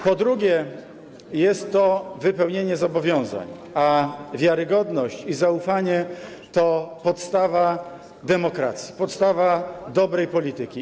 Po drugie, jest to wypełnienie zobowiązań, a wiarygodność i zaufanie to podstawa demokracji, podstawa dobrej polityki.